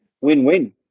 win-win